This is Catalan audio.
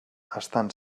estant